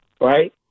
right